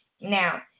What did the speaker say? Now